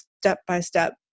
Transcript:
step-by-step